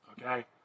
okay